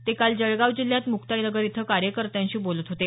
ते काल जळगाव जिल्ह्यात मुक्ताईनगर इथं कार्यकर्त्यांशी बोलत होते